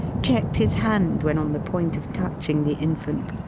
checked his hand when on the point of touching the infant,